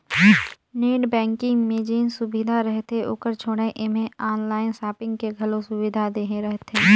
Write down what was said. net banking मे जेन सुबिधा रहथे ओकर छोयड़ ऐम्हें आनलाइन सापिंग के घलो सुविधा देहे रहथें